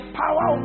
power